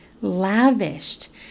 lavished